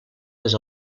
les